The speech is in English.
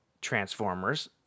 Transformers